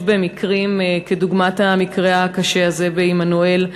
במקרים כדוגמת המקרה הקשה הזה בעמנואל.